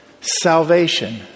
salvation